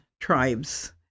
tribes